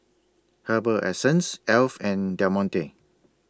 Herbal Essences Alf and Del Monte